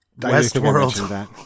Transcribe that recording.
Westworld